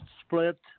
split